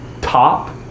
top